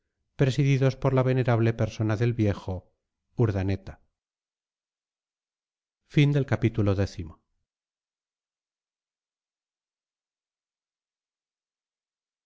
presididos por la venerable persona del viejo urdaneta